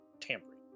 tampering